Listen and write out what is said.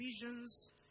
visions